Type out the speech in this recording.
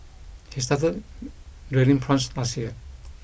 he started rearing prawns last year